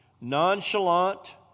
Nonchalant